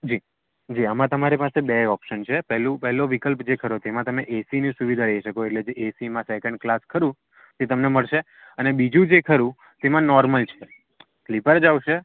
જી જી આમાં તમારી પાસે બે ઓપ્સન છે પહેલું પહેલો વિકલ્પ જે ખરો તેમાં તમે એસીની સુવિધા એ શકો એટલે એસીમાં સેકન્ડ ક્લાસ ખરું એ તમને મળશે અને બીજું જે ખરું તેમાં નોર્મલ છે સ્લીપર જ આવશે